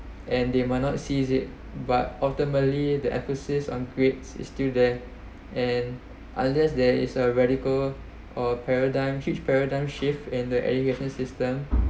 and they might not see it but ultimately the emphasis on grades is still there and unless there is a radical or paradigm huge paradigm shift in the education system